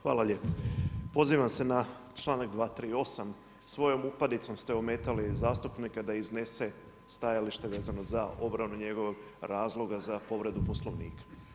Hvala lijepa, pozivam se na članak 238., svojom upadicom ste ometali zastupnike da iznese stajalište vezano za obranu njegovog razloga za povredu Poslovnika.